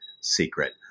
secret